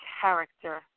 character